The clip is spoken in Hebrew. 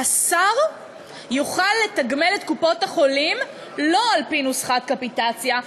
שהשר יוכל לתגמל את קופות-החולים לא על-פי נוסחת קפיטציה,